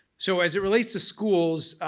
so as it relates to schools,